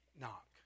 knock